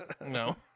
No